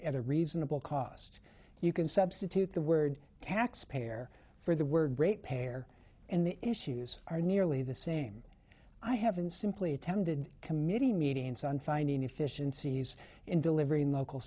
at a reasonable cost you can substitute the word taxpayer for the word great pair and the issues are nearly the same i haven't simply attended committee meetings on finding efficiencies in delivering local